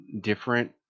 different